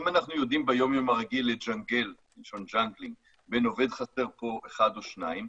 אם אנחנו יודעים ביום-יום הרגיל לג'נגל בין עובד חסר פה אחד שניים,